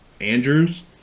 Andrews